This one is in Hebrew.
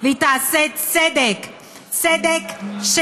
והייתי מעבידה של